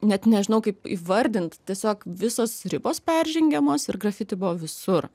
net nežinau kaip įvardinti tiesiog visos ribos peržengiamos ir grafiti buvo visur